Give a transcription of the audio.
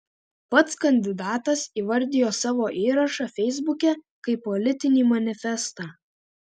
pats kandidatas įvardijo savo įrašą feisbuke kaip politinį manifestą